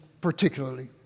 particularly